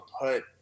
put